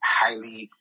highly